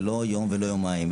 ולא יום ולא יומיים,